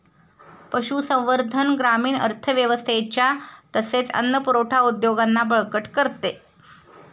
पशुसंवर्धन ग्रामीण अर्थव्यवस्थेच्या तसेच अन्न पुरवठा उद्योगांना बळकट करते